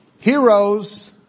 Heroes